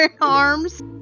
arms